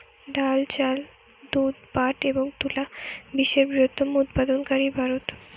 ডাল, চাল, দুধ, পাট এবং তুলা বিশ্বের বৃহত্তম উৎপাদনকারী ভারত